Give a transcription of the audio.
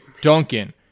Duncan